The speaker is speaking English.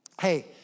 hey